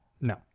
No